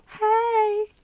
Hey